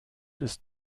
ist